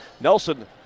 Nelson